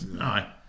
Aye